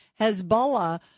Hezbollah